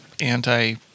anti